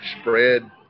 spread